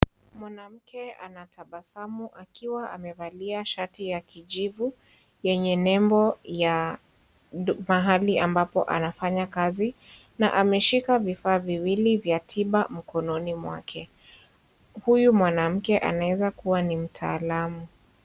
Mwanamke anatabasamu akiwa amevalia shati ya kijivu yenye nembo ya mahali ambapo anafanya kazi na ameshika vifaa viwil ivya tiba mikononi mwake. Huyu mwanake anaezakuwa ni mtaalamu.